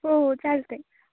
हो हो चालतं आहे